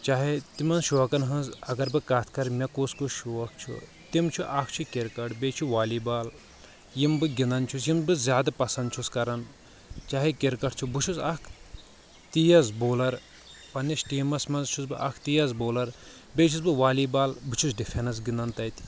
چاہے تِمن شوقن ہنٛز اگر بہٕ کتھ کرٕ مےٚ کُس کُس شوق چھُ تِم چھُ اکھ چھُ کرکٹ بییٚہِ چھُ والی بال یِم بہٕ گنٛدان چھُ یِم بہٕ زیادٕ پسنٛد چھُس کران چاہے کرکٹ چھُ بہٕ چھُس اکھ تیز بولر پننس ٹیٖمس منٛز چھُس بہٕ اکھ تیز بولر بییٚہِ چھُس بہٕ والی بال بہٕ چھُس ڈِفیٚنٕس گنٛدان تتہِ